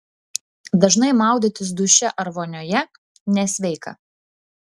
dažnai maudytis duše ar vonioje nesveika